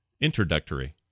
introductory